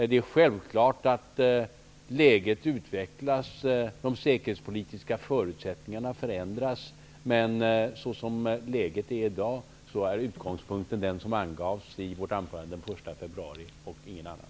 Det är självklart att de säkerhetspolitiska förutsättningarna förändras, men så som läget är i dag är utgångspunkten den som angavs i anförandet den 1 februari -- och ingen annan.